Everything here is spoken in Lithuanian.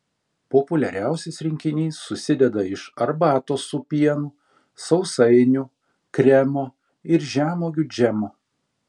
populiariausias rinkinys susideda iš arbatos su pienu sausainių kremo ir žemuogių džemo